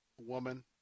woman